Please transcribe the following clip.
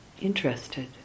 interested